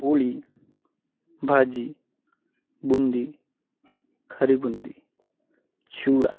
पोळीभाजी बुंदी खारी बुंदी चिवडा